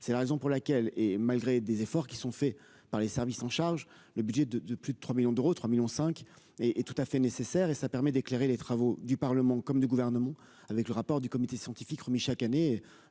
c'est la raison pour laquelle, et malgré des efforts qui sont faits par les services en charge le budget de de plus de 3 millions d'euros, 3 millions cinq et et tout à fait nécessaire et ça permet d'éclairer les travaux du Parlement comme du gouvernement avec le rapport du comité scientifique remis chaque année,